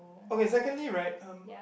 okay secondly right um